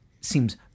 seems